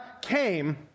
came